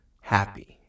happy